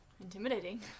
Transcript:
Intimidating